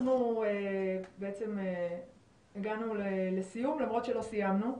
אנחנו בעצם הגענו לסיום, למרות שלא סיימנו.